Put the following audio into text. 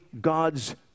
God's